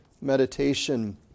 meditation